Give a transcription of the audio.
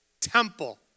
temple